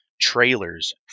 trailers